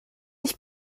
ich